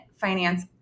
finance